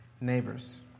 neighbors